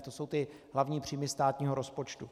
To jsou ty hlavní příjmy státního rozpočtu.